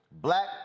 black